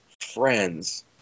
friends